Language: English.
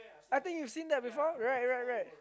I think you've seen that before right right right